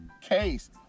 case